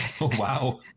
Wow